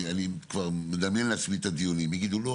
אני מדמיין לעצמי את הדיונים לא,